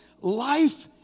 life